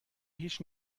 هیچ